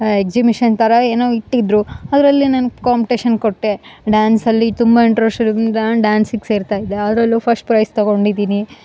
exhibition ಥರ ಏನೋ ಇಟ್ಟಿದ್ದರು ಅದರಲ್ಲಿ ನಾನು ಕಾಂಪ್ಟೇಷನ್ ಕೊಟ್ಟೆ ಡ್ಯಾನ್ಸಲ್ಲಿ ತುಂಬ ಇಂಟ್ರೆಸ್ಟ್ ಇರೋದಿಂದ ಡ್ಯಾನ್ಸಿಗ ಸೇರ್ತಾ ಇದ್ದೆ ಅದರಲ್ಲೂ ಫಸ್ಟ್ ಪ್ರೈಝ್ ತಗೊಂಡಿದ್ದೀನಿ